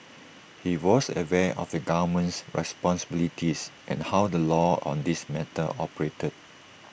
he was aware of the government's responsibilities and how the law on this matter operated